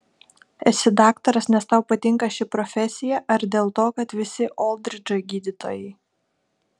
esi daktaras nes tau patinka ši profesija ar dėl to kad visi oldridžai gydytojai